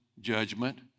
judgment